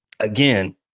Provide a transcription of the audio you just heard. Again